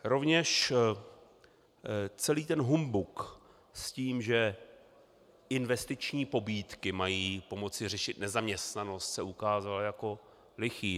Rovněž celý ten humbuk s tím, že investiční pobídky mají pomoci řešit nezaměstnanost, se ukázal jako lichý.